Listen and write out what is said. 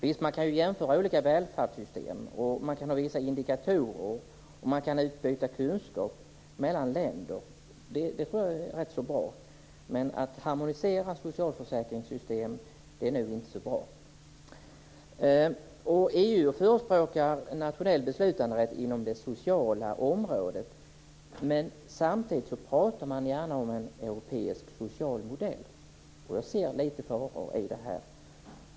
Visst kan man jämföra olika välfärdssystem, och man kan ha vissa indikatorer, och man kan utbyta kunskap mellan länder. Det tror jag är rätt så bra. Men att harmonisera socialförsäkringssystem är nog inte så bra. EU förespråkar nationell beslutanderätt inom det sociala området, men samtidigt pratar man gärna om en europeisk social modell. Jag ser lite faror i det här.